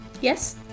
Yes